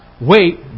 wait